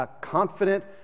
confident